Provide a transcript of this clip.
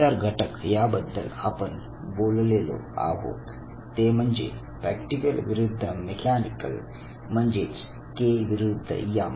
इतर घटक याबद्दल आपण बोललेलो आहोत ते म्हणजे प्रॅक्टिकल विरुद्ध मेकॅनिकल म्हणजेच के विरुद्ध एम